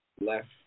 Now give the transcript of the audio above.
left